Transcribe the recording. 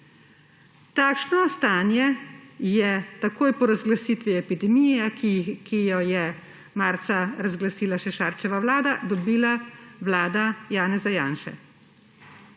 Takšno stanje je takoj po razglasitvi epidemije, ki jo je marca razglasila še Šarčeva vlada, dobila vlada Janeza Janše.